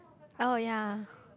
oh ya